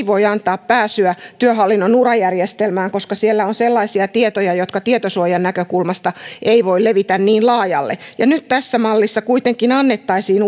voi antaa pääsyä työhallinnon ura järjestelmään koska siellä on sellaisia tietoja jotka tietosuojan näkökulmasta eivät voi levitä niin laajalle ja nyt tässä mallissa kuitenkin annettaisiin